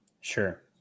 Sure